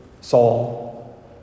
Saul